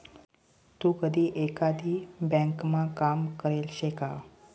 तू कधी एकाधी ब्यांकमा काम करेल शे का?